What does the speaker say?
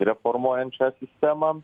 reformuojant šią sistemą